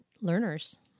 learners